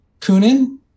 Kunin